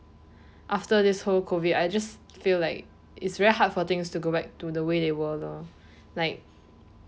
after these whole COVID I just feel like it's very hard for things to go back to the way they were lor like